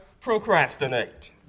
procrastinate